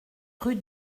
rue